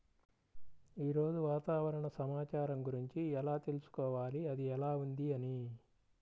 ఈరోజు వాతావరణ సమాచారం గురించి ఎలా తెలుసుకోవాలి అది ఎలా ఉంది అని?